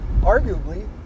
Arguably